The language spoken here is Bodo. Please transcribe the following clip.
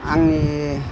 आंनि